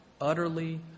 utterly